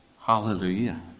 Hallelujah